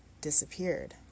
disappeared